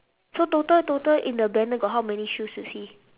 so total total in the banner got how many shoes you see